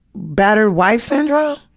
battered wife syndrome?